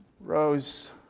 Rose